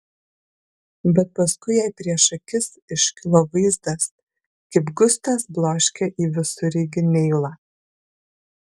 bet paskui jai prieš akis iškilo vaizdas kaip gustas bloškia į visureigį neilą